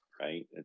right